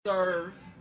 serve